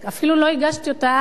אפילו לא הגשתי אותה אז,